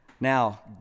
now